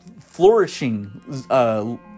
flourishing